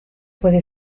puede